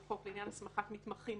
לחוק, לעניין הסמכת מתמחים